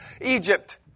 Egypt